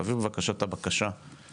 תעביר בבקשה את הבקשה למשרד,